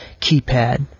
keypad